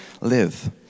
live